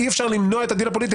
אי אפשר למנוע את הדיל הפוליטי,